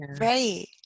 Right